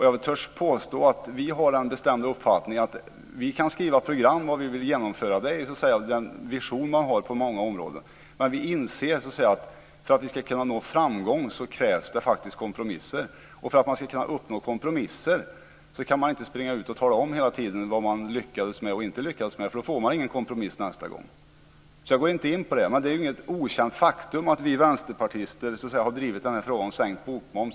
Jag törs påstå att vi har den bestämda uppfattningen att vi kan skriva program om vad vi vill genomföra. Det handlar ju då om den vision man har på många områden. Men vi inser att det, för att framgång ska kunna nås, faktiskt krävs kompromisser. Och för att kunna uppnå kompromisser är det nödvändigt att man inte hela tiden springer ut och talar om vad man lyckats eller inte lyckats med, för då blir det ingen kompromiss nästa gång. Därför går jag inte in på detta. Det är inget okänt faktum att vi vänsterpartister ganska länge har drivit frågan om sänkt bokmoms.